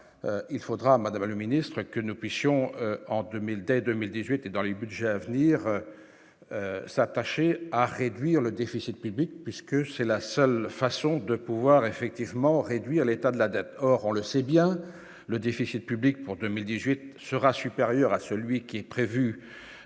il faudra Madame le ministre, que nous puissions en 2000 dès 2018 et dans les Budgets à venir s'attacher à réduire le déficit public puisque c'est la seule façon de pouvoir effectivement réduit à l'état de la dette, or on le sait bien, le déficit public pour 2018 sera supérieur à celui qui est prévu